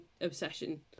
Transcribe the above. obsession